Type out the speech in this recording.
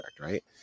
right